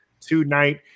tonight